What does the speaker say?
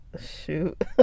shoot